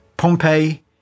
Pompeii